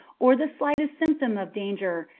or the slightest symptom of danger,